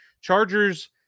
Chargers